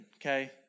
okay